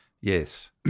Yes